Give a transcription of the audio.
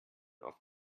auf